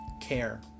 Care